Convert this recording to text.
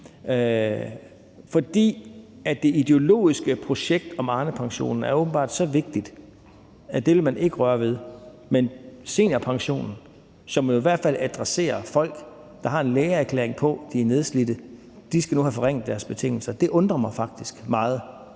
fordi det ideologiske projekt om Arnepensionen åbenbart er så vigtigt, at det vil man ikke røre ved. Men seniorpensionen adresserer jo i hvert fald folk, der har en lægeerklæring på, at de er nedslidte, men de skal nu have forringet deres betingelser, og det undrer mig faktisk meget.